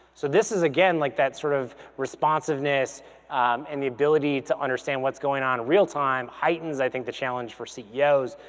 so this is again like that sort of responsiveness and the ability to understand what's going on in real-time heightens i think the challenge for ceos,